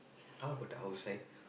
how about the outside